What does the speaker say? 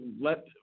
let